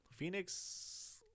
Phoenix